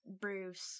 bruce